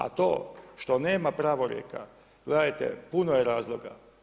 A to što nema pravorijeka, gledajte, puno je razloga.